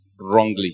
wrongly